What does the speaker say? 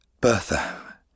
Bertha